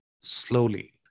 slowly